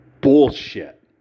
bullshit